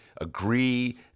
agree